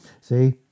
See